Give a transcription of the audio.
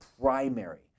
primary